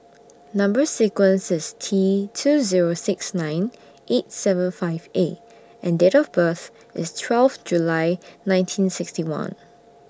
Number sequence IS T two Zero six nine eight seven five A and Date of birth IS twelve July nineteen sixty one